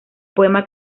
poema